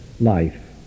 life